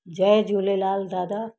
जय झूलेलाल दादा